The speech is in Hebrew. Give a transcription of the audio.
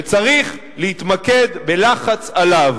וצריך להתמקד בלחץ עליו.